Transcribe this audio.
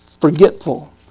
forgetful